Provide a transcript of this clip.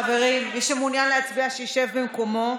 חברים, מי שמעוניין להצביע, שישב במקומו.